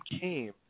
came